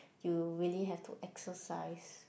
you really have to exercise